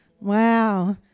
Wow